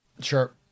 Sure